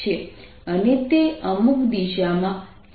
અને તે અમુક દિશામાં છે